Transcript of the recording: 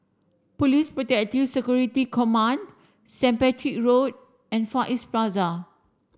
Police Protective Security Command Saint Patrick Road and Far East Plaza